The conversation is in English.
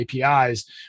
APIs